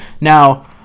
now